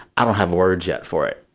i don't have words yet for it.